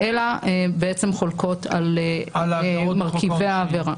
אלא בעצם חולקות על מרכיבי העבירה.